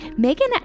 Megan